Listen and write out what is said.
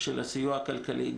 הסיוע הכלכלי.